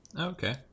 Okay